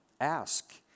Ask